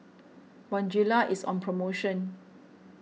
Bonjela is on promotion